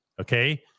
Okay